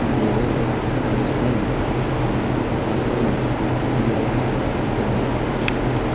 Goa Rajasthan Assam Meghalaya Punjab